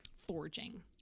forging